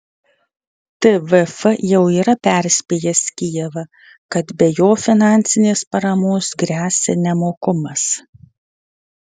tvf jau yra perspėjęs kijevą kad be jo finansinės paramos gresia nemokumas